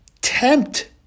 tempt